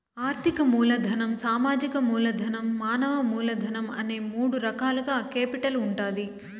ఆర్థిక మూలధనం, సామాజిక మూలధనం, మానవ మూలధనం అనే మూడు రకాలుగా కేపిటల్ ఉంటాది